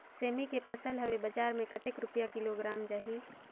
सेमी के फसल हवे बजार मे कतेक रुपिया किलोग्राम जाही?